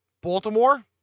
Baltimore